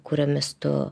kuriomis tu